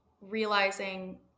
realizing